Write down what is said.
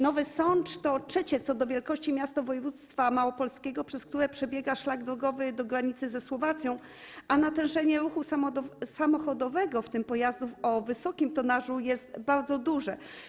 Nowy Sącz to trzecie co do wielkości miasto województwa małopolskiego, przez które przebiega szlak drogowy do granicy ze Słowacją, a natężenie ruchu samochodowego, w tym pojazdów o wysokim tonażu, jest bardzo duże.